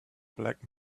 black